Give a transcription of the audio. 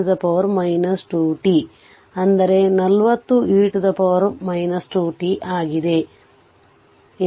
ಆದ್ದರಿಂದ v x vLt v x t e 2t40e 2t ಆಗಿದೆ